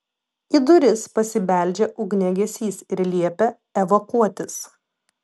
į duris pasibeldžia ugniagesys ir liepia evakuotis